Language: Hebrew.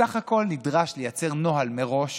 בסך הכול נדרש לייצר נוהל מראש,